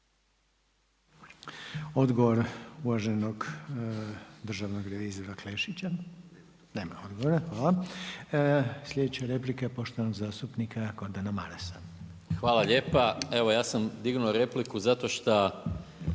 Odgovor uvaženog državnog revizora Klešića. Nema odgovora, hvala. Slijedeća replika je poštovanog zastupnika Gordana Marasa. **Maras, Gordan (SDP)** Hvala lijepa. Evo ja sam dignuo repliku zato šta